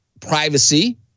privacy